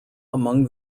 among